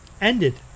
ended